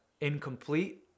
incomplete